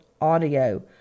audio